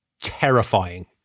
Terrifying